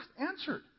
answered